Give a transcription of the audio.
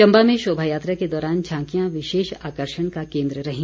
चम्बा में शोभा यात्रा के दौरान झांकियां विशेष आकर्षण का केन्द्र रहीं